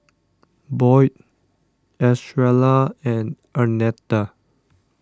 Boyd Estrella and Arnetta